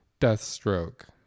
Deathstroke